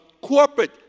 corporate